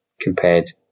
compared